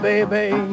Baby